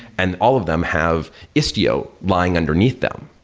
and all of them have istio lying underneath them.